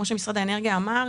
כפי שמשרד האנרגיה אמר,